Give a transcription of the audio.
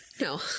No